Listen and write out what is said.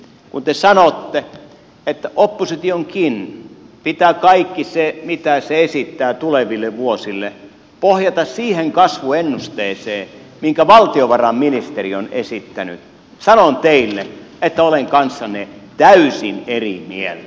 kun te sanotte että oppositionkin pitää kaikki se mitä se esittää tuleville vuosille pohjata siihen kasvuennusteeseen minkä valtiovarainministeriö on esittänyt sanon teille että olen kanssanne täysin eri mieltä